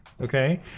okay